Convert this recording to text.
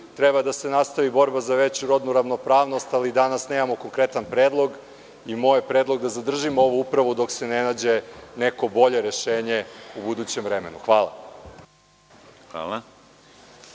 treba da se nastavi borba za veću rodnu ravnopravnost, ali danas nemamo konkretan predlog. Moj predlog jeste da zadržimo ovu upravu dok se ne nađe neko bolje rešenje u budućem vremenu. Hvala.